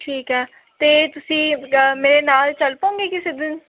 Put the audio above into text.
ਠੀਕ ਆ ਅਤੇ ਤੁਸੀਂ ਮੇਰੇ ਨਾਲ ਚੱਲ ਪਉਗੇ ਕਿਸੇ ਦਿਨ